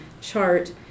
chart